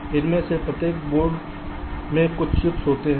और इनमें से प्रत्येक बोर्ड में कुछ चिप्स होते हैं